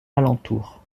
alentour